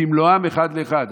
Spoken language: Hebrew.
במלואם אחד לאחד.